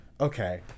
Okay